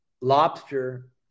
lobster